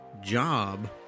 job